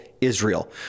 Israel